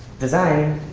design,